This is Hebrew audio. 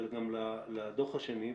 לדוח השני,